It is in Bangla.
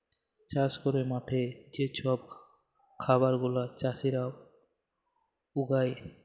চাষ ক্যইরে মাঠে যে ছব খাবার গুলা চাষীরা উগায়